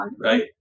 Right